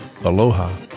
Aloha